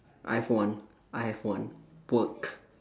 I have one I have one work